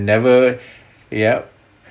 never yup